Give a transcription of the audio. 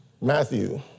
Matthew